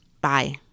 Bye